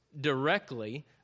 directly